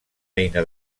eina